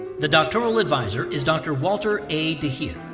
the doctoral advisor is dr. walter a. de heer.